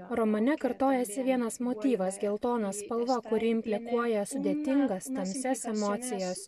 romane kartojasi vienas motyvas geltona spalva kuri implikuoja sudėtingas tamsias emocijas